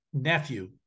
nephew